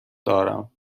دارم